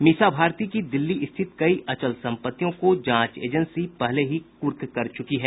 मीसा भारती की दिल्ली स्थित कई अचल संपत्तियों को जांच एजेंसी पहले ही कुर्क कर चुकी है